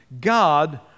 God